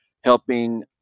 helping